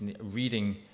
reading